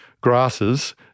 grasses